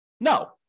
No